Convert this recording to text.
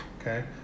Okay